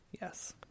Yes